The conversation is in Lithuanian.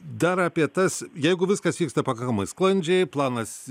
dar apie tas jeigu viskas vyksta pakankamai sklandžiai planas